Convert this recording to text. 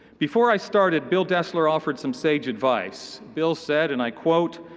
before i started, bill destler offered some sage advice, bill said, and i quote,